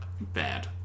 bad